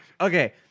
Okay